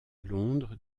londres